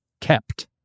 kept